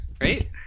right